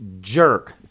jerk